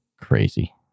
crazy